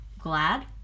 glad